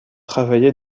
travaillé